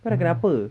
kau dah kenapa